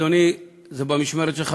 אדוני: זה במשמרת שלך,